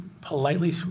politely